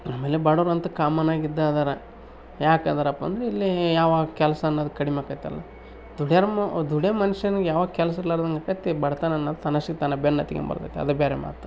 ಆಮೇಲೆ ಬಡವರಂತೂ ಕಾಮನಾಗಿ ಇದ್ದು ಅದರ ಯಾಕೆಂದ್ರಪ್ಪ ಅಂದ್ರೆ ಇಲ್ಲಿ ಯಾವಾಗ ಕೆಲಸ ಅನ್ನೋದು ಕಡಿಮೆ ಆಕೈತಲ್ಲ ದುಡಿಯೋರು ಮ ದುಡಿಯೋ ಮನ್ಷನಗೆ ಯಾವಾಗ ಕೆಲ್ಸ ಇರಲಾರ್ದಂಗೆ ಆಕೈತಿ ಬಡತನ ಅನ್ನೋದು ತನ್ನಷ್ಟಕ್ಕೆ ತಾನೇ ಬೆನ್ನು ಹತ್ಗೊಂಡು ಬರ್ತೈತಿ ಅದು ಬೇರೆ ಮಾತು